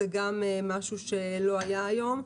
שזה עוד משהו שלא היה עד היום.